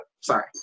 sorry